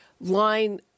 line